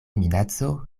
minaco